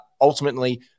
Ultimately